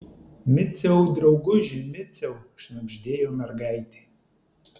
miciau drauguži miciau šnabždėjo mergaitė